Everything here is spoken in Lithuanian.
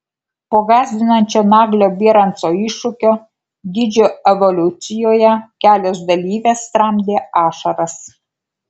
po gąsdinančio naglio bieranco iššūkio dydžio evoliucijoje kelios dalyvės tramdė ašaras